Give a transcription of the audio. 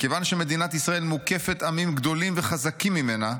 מכיוון שמדינת ישראל מוקפת עמים גדולים וחזקים ממנה,